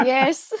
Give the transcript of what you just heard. Yes